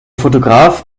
fotograf